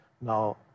Now